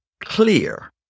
clear